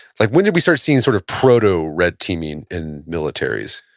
like when did we start seeing sort of proto red teaming in militaries?